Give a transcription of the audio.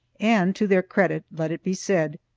and, to their credit let it be said,